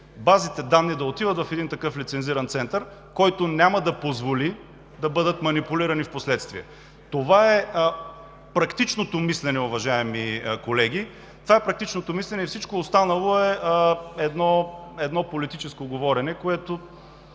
базите данни да отиват в един такъв лицензиран център, който няма да позволи да бъдат манипулирани впоследствие? Това е практичното мислене, уважаеми колеги! Това е практичното мислене и всичко останало е политическо говорене, което,